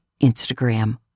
Instagram